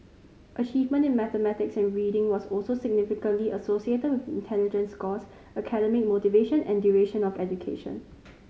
achievement in mathematics and reading was also significantly associated with intelligence scores academic motivation and duration of education